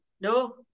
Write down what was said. No